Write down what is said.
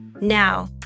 Now